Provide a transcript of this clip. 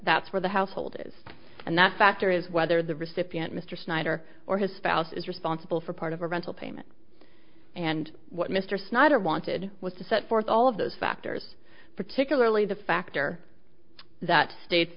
that's where the household is and that factor is whether the recipient mr snyder or his phallus is responsible for part of a rental payment and what mr snyder wanted was to set forth all of those factors particularly the factor that states